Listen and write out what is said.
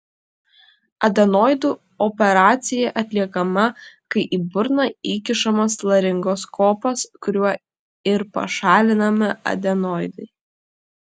adenoidų operacija atliekama kai į burną įkišamas laringoskopas kuriuo ir pašalinami adenoidai